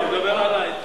הוא מדבר עלי.